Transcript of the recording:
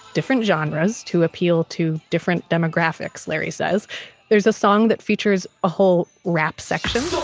different genres to appeal to different demographics. larry says there's a song that features a whole rap section